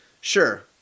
sure